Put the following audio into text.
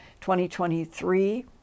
2023